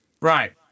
Right